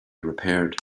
repaired